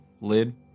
lid